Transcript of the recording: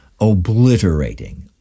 obliterating